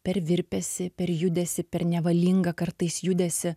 per virpesį per judesį per nevalingą kartais judesį